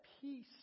peace